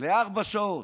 לארבע שעות,